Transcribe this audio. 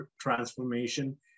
transformation